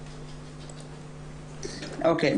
אוקיי,